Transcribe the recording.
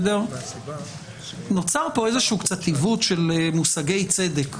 אבל נוצר פה קצת עיוות של מושגי צדק,